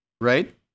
right